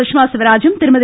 சுஷ்மா ஸ்வராஜும் திருமதி